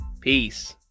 peace